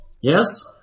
Yes